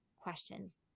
questions